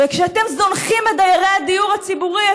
וכשאתם זונחים את דיירי הדיור הציבורי,